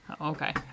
Okay